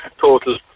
total